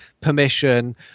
permission